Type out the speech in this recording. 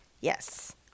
yes